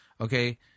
okay